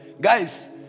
guys